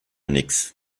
nix